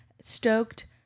stoked